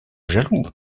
jaloux